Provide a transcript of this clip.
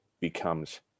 becomes